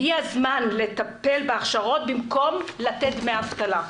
הגיע הזמן לטפל בהכשרות במקום לתת דמי אבטלה.